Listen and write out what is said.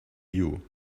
you